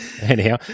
Anyhow